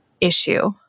issue